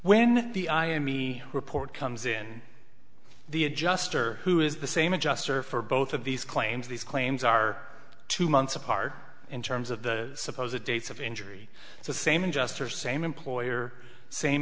when the iommi report comes in the adjuster who is the same adjuster for both of these claims these claims are two months apart in terms of the suppose it dates of injury to same adjuster same employer same